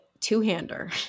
two-hander